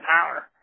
power